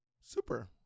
Super